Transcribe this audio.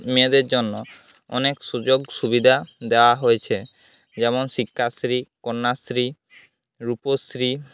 মেয়েদের জন্য অনেক সুযোগ সুবিধা দেওয়া হয়েছে যেমন শিক্ষাশ্রী কন্যাশ্রী রূপশ্রী